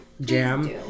jam